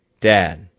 Dad